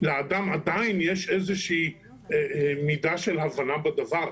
לאדם עדיין יש איזושהי מידה של הבנה בדבר,